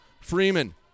freeman